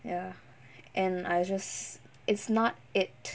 ya and I just it's not it